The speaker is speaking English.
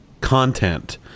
content